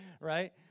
right